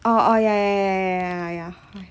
oh oh ya ya